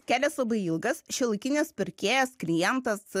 kelias labai ilgas šiuolaikinis pirkėjas klientas